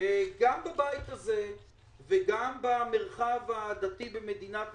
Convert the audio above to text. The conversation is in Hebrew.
גם בבית הזה וגם במרחב הדתי במדינת ישראל,